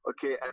Okay